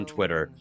Twitter